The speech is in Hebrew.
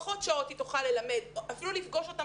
פחות שעות היא תוכל ללמד ואפילו לפגוש אותם